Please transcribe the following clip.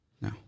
No